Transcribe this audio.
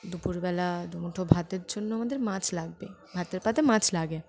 দুপুরবেলা দু মুঠো ভাতের জন্য আমাদের মাছ লাগবে ভাতের পাতে মাছ লাগে